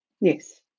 Yes